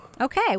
Okay